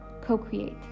co-create